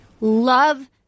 love